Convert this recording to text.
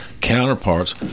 counterparts